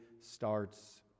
starts